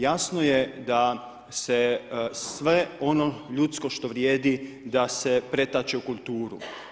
Jasno je da se sve ono ljudsko što vrijedi da se pretače u kulturu.